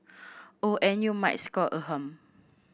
oh and you might score a hum